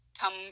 come